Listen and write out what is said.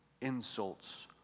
insults